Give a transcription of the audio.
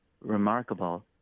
remarkable